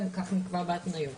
אם כך נקבע בתנאים.